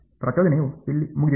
ಪ್ರಚೋದನೆಯು ಇಲ್ಲಿ ಮುಗಿದಿದೆ